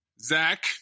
Zach